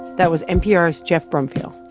that was npr's geoff brumfiel.